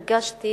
הרגשתי